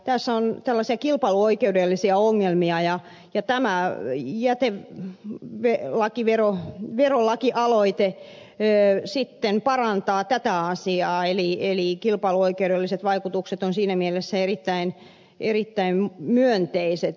tässä on tällaisia kilpailuoikeudellisia ongelmia ja lepäämään jätetty vee laki viro tämä jäteverolakialoite sitten parantaa tätä asiaa eli kilpailuoikeudelliset vaikutukset ovat siinä mielessä erittäin myönteiset